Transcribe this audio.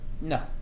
No